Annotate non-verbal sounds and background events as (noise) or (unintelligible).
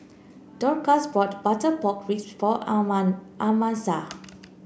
Dorcas bought Butter Pork Ribs for (unintelligible) Amasa